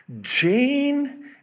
Jane